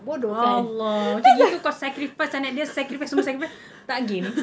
allah kalau gitu kau sacrifice anak dia sacrifice semua sacrifice tak game